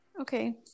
Okay